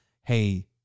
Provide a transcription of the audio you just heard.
Hey